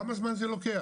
כמה זמן זה לוקח?